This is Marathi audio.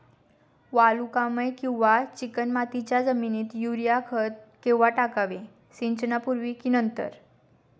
वालुकामय किंवा चिकणमातीच्या जमिनीत युरिया खत केव्हा टाकावे, सिंचनापूर्वी की नंतर?